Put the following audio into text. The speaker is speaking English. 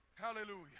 hallelujah